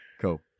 cool